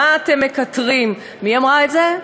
מה אתם מקטרים?" מי אמרה את זה?